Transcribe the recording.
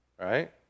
Right